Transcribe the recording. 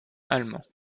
allemand